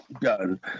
done